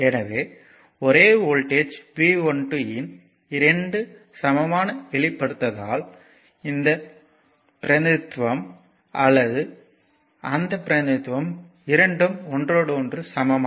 எனவே ஒரே voltage V12 இன் 2 சமமான வெளிப்படுத்தலால் இந்த பிரதிநிதித்துவம் அல்லது அந்த பிரதிநிதித்துவம் இரண்டும் ஒன்றோடு ஒன்று சமம்